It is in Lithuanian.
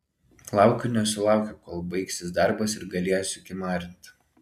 laukiu nesulaukiu kol baigsis darbas ir galėsiu kimarint